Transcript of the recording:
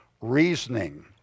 reasoning